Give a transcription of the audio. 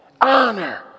honor